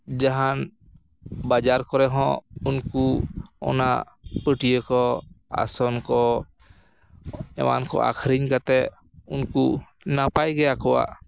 ᱡᱟᱦᱟᱱ ᱵᱟᱡᱟᱨ ᱠᱚᱨᱮ ᱦᱚᱸ ᱩᱱᱠᱩ ᱚᱱᱟ ᱯᱟᱹᱴᱭᱟᱹ ᱠᱚ ᱟᱥᱚᱱ ᱠᱚ ᱮᱢᱟᱱ ᱠᱚ ᱟᱠᱷᱨᱤᱧ ᱠᱟᱛᱮᱫ ᱩᱱᱠᱩ ᱱᱟᱯᱟᱭ ᱜᱮ ᱟᱠᱚᱣᱟᱜ